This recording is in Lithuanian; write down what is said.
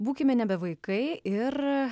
būkime nebe vaikai ir